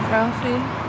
Ralphie